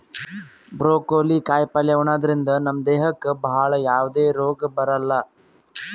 broccoli ಕಾಯಿಪಲ್ಯ ಉಣದ್ರಿಂದ ನಮ್ ದೇಹಕ್ಕ್ ಭಾಳ್ ಯಾವದೇ ರೋಗ್ ಬರಲ್ಲಾ